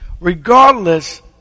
regardless